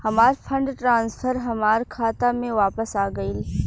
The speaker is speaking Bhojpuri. हमार फंड ट्रांसफर हमार खाता में वापस आ गइल